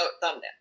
Thumbnail